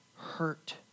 Hurt